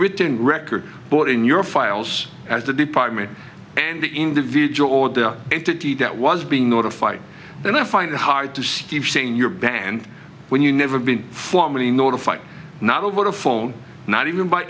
written record but in your files as the department and the individual or entity that was being notified then i find it hard to steve saying your band when you never been formally notified not over the phone not even by